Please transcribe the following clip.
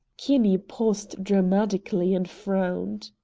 kinney paused dramatically and frowned.